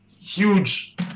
huge